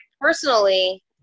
personally